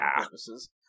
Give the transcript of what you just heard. purposes